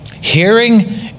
hearing